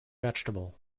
vegetable